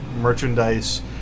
merchandise